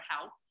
help